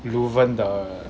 leuven 的